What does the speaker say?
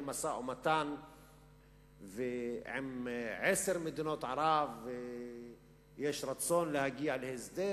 משא-ומתן עם עשר מדינות ערב ושיש רצון להגיע להסדר,